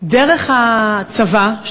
דרך הצבא,